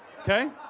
Okay